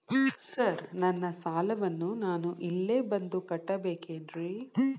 Sir ನನ್ನ ಸಾಲವನ್ನು ನಾನು ಇಲ್ಲೇ ಬಂದು ಕಟ್ಟಬೇಕೇನ್ರಿ?